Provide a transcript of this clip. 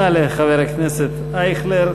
אני מאחל לכל ילדי ישראל שיוכלו להתרבות